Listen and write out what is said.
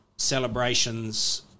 Celebrations